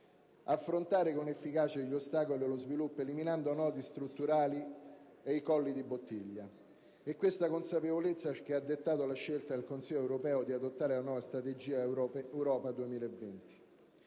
affrontare con efficacia gli ostacoli allo sviluppo eliminando i nodi strutturali e i colli di bottiglia. È questa consapevolezza che ha dettato la scelta del Consiglio europeo di adottare la nuova Strategia «Europa 2020».